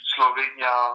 Slovenia